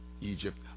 Egypt